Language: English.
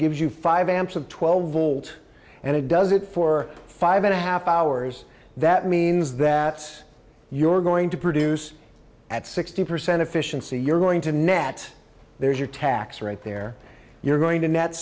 gives you five amps of twelve volt and it does it for five and a half hours that means that you're going to produce at sixty percent efficiency you're going to net there's your tax right there you're going to net